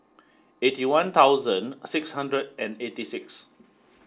eighty one six hundred and eighty six